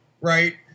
right